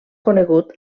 conegut